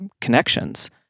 connections